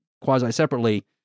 quasi-separately